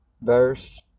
verse